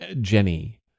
Jenny